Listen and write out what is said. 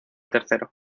tercero